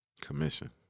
commission